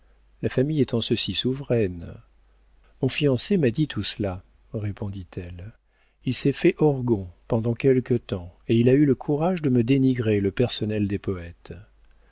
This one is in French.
la famille est en ceci souveraine mon fiancé m'a dit tout cela répondit-elle il s'est fait orgon pendant quelque temps et il a eu le courage de me dénigrer le personnel des poëtes